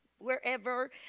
wherever